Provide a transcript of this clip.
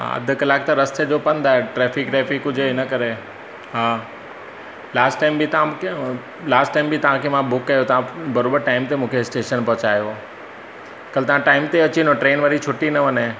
अ अधु कलाकु त रस्ते जो पंधु आहे ट्रेफिक रेफिक हुजे हिन करे हा लास्ट टाइम बि तव्हां मूंखे लास्ट टाइम बि तव्हांखे मां बुक कयो तव्हां बरोबर टाइम ते मूंखे स्टेशन पहुचायो हुओ कल्ह तव्हां टाइम ते अची वञो ट्रेन वरी छुटी न वञे